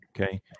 Okay